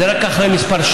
זה רק אחרי כמה שנים,